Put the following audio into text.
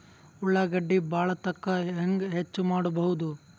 ಉಳ್ಳಾಗಡ್ಡಿ ಬಾಳಥಕಾ ಹೆಂಗ ಹೆಚ್ಚು ಮಾಡಬಹುದು?